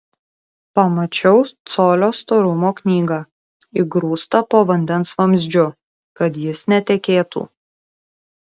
pamačiau colio storumo knygą įgrūstą po vandens vamzdžiu kad jis netekėtų